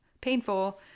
painful